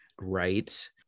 right